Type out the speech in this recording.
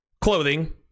clothing